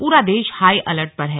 पूरा देश high alert पर है